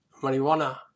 marijuana